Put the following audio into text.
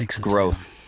growth